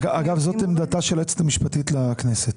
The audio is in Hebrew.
אגב, זו עמדתה של היועצת המשפטית לכנסת.